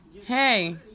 hey